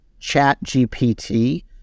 ChatGPT